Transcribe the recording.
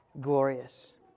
glorious